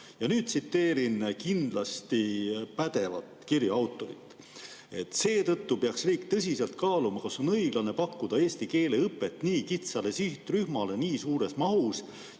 Tsiteerin kindlasti pädevat kirja autorit: "Seetõttu peaks riik tõsiselt kaaluma, kas on õiglane pakkuda eesti keele õpet nii kitsale sihtrühmale nii suures mahus